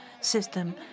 system